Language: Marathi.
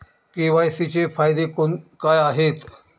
के.वाय.सी चे फायदे काय आहेत?